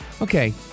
Okay